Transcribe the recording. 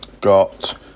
got